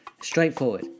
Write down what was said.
Straightforward